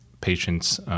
patient's